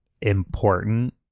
important